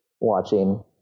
watching